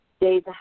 Days